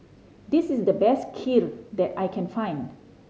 this is the best Kheer that I can find